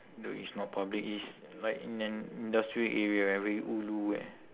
though it's not public it's like in an industrial area eh very ulu eh